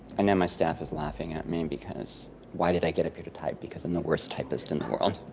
and then, my staff is laughing at me because why did i get up here to type? because i'm the worst typist in the world.